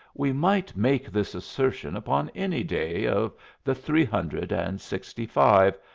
we might make this assertion upon any day of the three hundred and sixty-five,